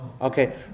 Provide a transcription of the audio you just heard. Okay